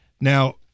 Now